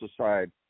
aside